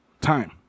time